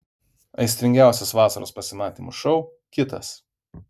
aistringiausias vasaros pasimatymų šou kitas